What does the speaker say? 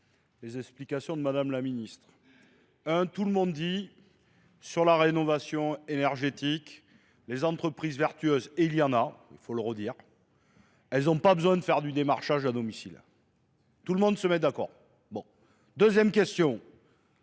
les explications de Madame la Ministre. Un, tout le monde dit, sur la rénovation énergétique, les entreprises vertueuses, et il y en a, il faut le redire, elles n'ont pas besoin de faire du démarchage à domicile. Tout le monde se met d'accord. Bon. Deuxième question.